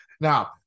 Now